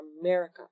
America